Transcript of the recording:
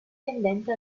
tendente